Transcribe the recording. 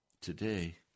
Today